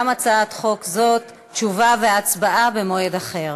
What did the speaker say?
גם על הצעת חוק זו תשובה והצבעה במועד אחר.